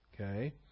Okay